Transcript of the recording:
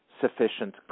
sufficient